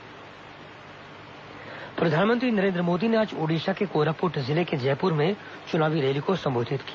लोकसभा निर्वाचन प्रचार प्रधानमंत्री नरेन्द्र मोदी ने आज ओडिशा के कोरापुट जिले के जैपुर में चुनावी रैली को सम्बोधित किया